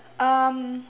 um